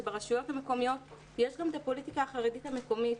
שברשויות מקומיות יש גם את הפוליטיקה החרדית המקומית.